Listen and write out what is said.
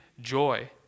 joy